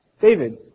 David